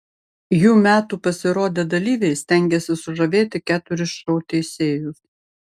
jų metų pasirodę dalyviai stengėsi sužavėti keturis šou teisėjus